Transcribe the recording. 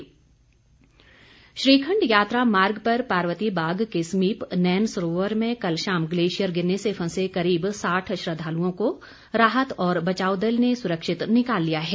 श्रीखंड श्रीखंड यात्रा मार्ग पर पार्वतीबाग के समीप नैनसरोवर में कल शाम गलेशियर गिरने से फंसे करीब साठ श्रद्वालुओं को राहत व बचाव दल ने सुरक्षित निकाल लिया है